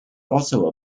also